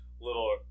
little